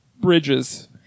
bridges